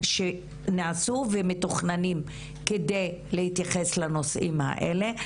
שנעשו ומתוכננים, כדי להתייחס לנושאים האלה.